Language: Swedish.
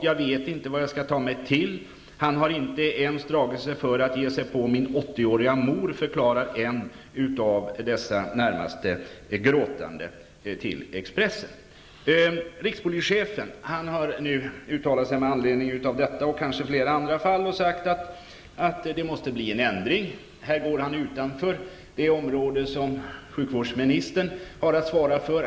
Jag vet inte vad jag ska ta mig till. Han har inte ens dragit sig för att ge sig på min 80-åriga mor, förklarade en av dem gråtande i går.'' Rikspolischefen har uttalat sig med anledning av detta och kanske flera andra fall och sagt att det måste bli en ändring. Här går han utanför det område som sjukvårdsministern har att svara för.